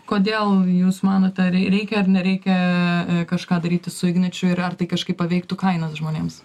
kodėl jūs manote reikia ar nereikia kažką daryti su igničiu ir ar tai kažkaip paveiktų kainas žmonėms